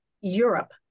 Europe